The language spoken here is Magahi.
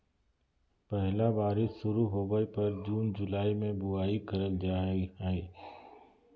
पहला बारिश शुरू होबय पर जून जुलाई में बुआई करल जाय हइ